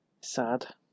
Sad